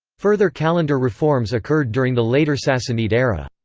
further calendar reforms occurred during the later sassanid era.